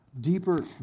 deeper